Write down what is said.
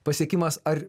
pasiekimas ar